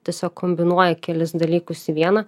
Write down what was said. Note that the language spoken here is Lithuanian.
tiesiog kombinuoja kelis dalykus į vieną